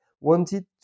wanted